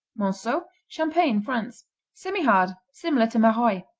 monceau champagne, france semihard, similar to maroilles.